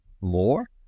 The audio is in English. more